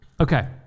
Okay